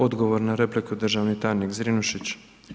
Odgovor na repliku državni tajnik Zrinušić.